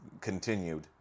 continued